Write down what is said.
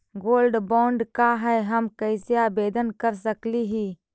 Gold bond का है, हम कैसे आवेदन कर सकली ही?